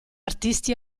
artisti